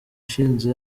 ishize